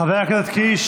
חבר הכנסת קיש,